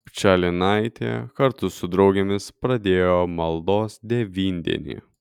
pčalinaitė kartu su draugėmis pradėjo maldos devyndienį